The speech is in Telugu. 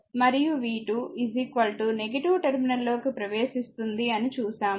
మరియు v 2 టెర్మినల్ లోకి ప్రవేశిస్తుంది అని చూసాము